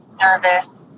nervous